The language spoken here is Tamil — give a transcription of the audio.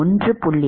1